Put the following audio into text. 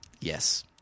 Yes